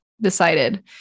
decided